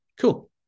Cool